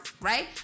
right